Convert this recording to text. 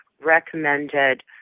recommended